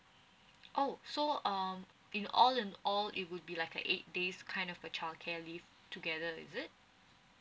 oh so um in all and all it would be like a eight days kind of a childcare leave together is it